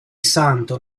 santo